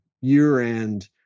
year-end